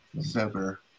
sober